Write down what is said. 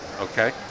okay